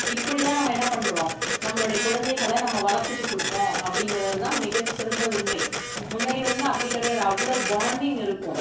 இப்படி தான் நம்ம என்ன பண்ணுறோம் நம்மளுடைய குழந்தைகளை நம்ம வளர்த்துக்கிட்டுருக்கோம் அப்படிங்குறது தான் மிகச் சிறந்த உண்மை முன்னாடி வந்து அப்படி கிடையாது அவ்வளோ பாண்டிங் இருக்கும்